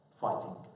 fighting